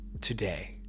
today